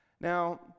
now